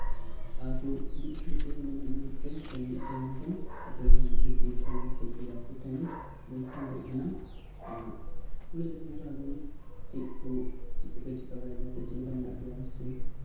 ᱟᱵᱚ ᱢᱤᱫ ᱜᱷᱟᱹᱲᱤᱛᱮ ᱢᱤᱫ ᱢᱤᱱᱤᱴ ᱨᱮ ᱥᱮ ᱢᱤᱫ ᱥᱮᱠᱮᱱᱰ ᱨᱮ ᱟᱵᱚ ᱨᱮᱱ ᱵᱚᱱᱫᱷᱩ ᱠᱚᱴᱷᱮᱱ ᱥᱮ ᱯᱮᱲᱟ ᱠᱚᱴᱷᱮᱱ ᱯᱷᱳᱱ ᱫᱟᱲᱮᱭᱟᱜ ᱠᱟᱱᱟ ᱠᱩᱞᱤ ᱫᱟᱲᱮ ᱟᱠᱚ ᱠᱟᱱᱟ ᱵᱚᱱ ᱪᱮᱫ ᱠᱚᱯᱮ ᱪᱤᱠᱟ ᱵᱟᱲᱟᱭᱮᱫᱟ ᱥᱮ ᱪᱮᱫ ᱠᱚ ᱞᱮᱨᱠᱟ ᱢᱮᱱᱟᱜ ᱯᱮᱭᱟ ᱥᱮ